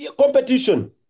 Competition